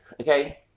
okay